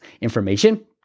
information